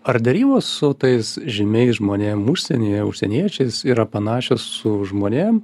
ar derybos su tais žymiais žmonėm užsienyje užsieniečiais yra panašios su žmonėm